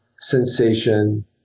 sensation